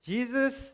Jesus